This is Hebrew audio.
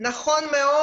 נכון מאוד.